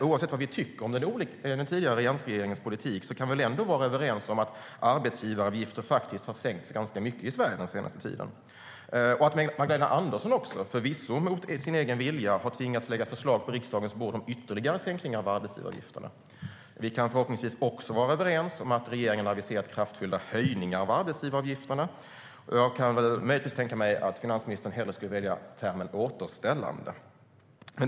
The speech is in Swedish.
Oavsett vad vi tycker om den tidigare alliansregeringens politik kan vi väl dock vara överens om att arbetsgivaravgifterna faktiskt har sänkts ganska mycket i Sverige den senaste tiden. Magdalena Andersson har även, visserligen mot sin egen vilja, tvingats lägga fram förslag om ytterligare sänkningar av arbetsgivaravgifterna. Vi kan förhoppningsvis också vara överens om att regeringen har aviserat kraftfulla höjningar av arbetsgivaravgifterna, även om jag möjligtvis kan tänka mig att finansministern hellre skulle välja termen "återställande".